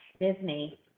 disney